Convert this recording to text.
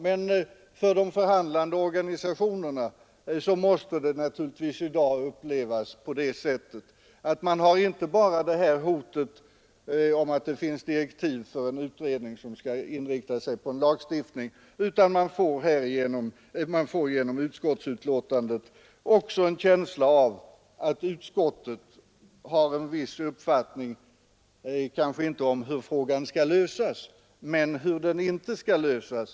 Men för de förhandlande organisationerna måste det naturligtvis i dag upplevas på det sättet att de inte bara har hotet om att det finns direktiv för en utredning som skall inrikta sig på lagstiftning. De får genom utskottsbetänkandet därutöver en känsla av att utskottet har en viss uppfattning, kanske inte om hur frågan skall lösas men om hur den inte skall lösas.